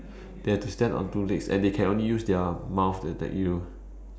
they have to stand on two legs and they can only use their mouth to attack you